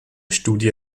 studie